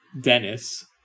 Dennis